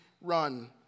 run